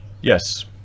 yes